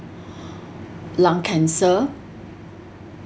lung cancer